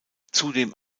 zudem